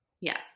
Yes